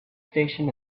station